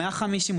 או 150,